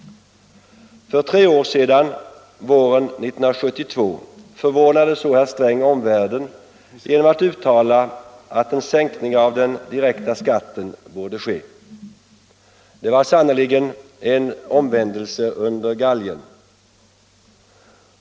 För tre år sedan, våren 1972, förvånade så herr Sträng omvärlden genom att uttala att en sänkning av "den direkta skatten borde ske. Det var sannerligen en omvändelse under galgen.